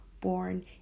born